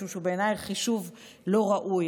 משום שבעיניי הוא חישוב לא ראוי.